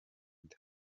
nda